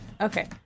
Okay